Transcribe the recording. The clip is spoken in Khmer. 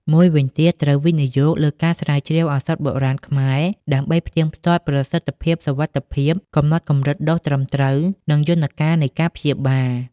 មួយវិញទៀតត្រូវ វិនិយោគលើការស្រាវជ្រាវឱសថបុរាណខ្មែរ ដើម្បីផ្ទៀងផ្ទាត់ប្រសិទ្ធភាព សុវត្ថិភាព កំណត់កម្រិតដូសត្រឹមត្រូវ និងយន្តការនៃការព្យាបាល។